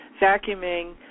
vacuuming